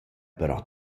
però